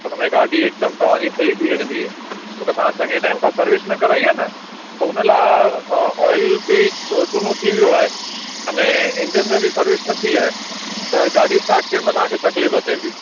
हुनमें गाॾी हिकदमि तव्हांजी फ़्री थी वेंदी छो की तव्हां चङे टाइम खां सर्विस न कराई आहे न त उन लाइ ऑयल बि च चूनो थी वियो आहे अने इंजन में बि सर्विस न थी आहे त गाॾी स्टार्ट थियण में तव्हांखे तकलीफ़ थिए पई